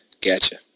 gotcha